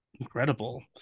Incredible